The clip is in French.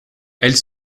elle